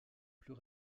plus